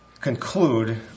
conclude